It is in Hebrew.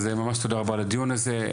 ממש תודה רבה על הדיון הזה.